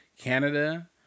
canada